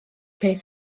peth